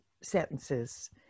sentences